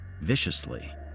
viciously